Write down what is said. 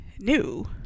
new